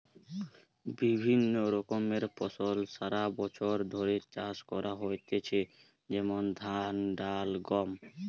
বিভিন্ন রকমের ফসল সারা বছর ধরে চাষ করা হইতেছে যেমন ধান, ডাল, গম